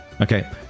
Okay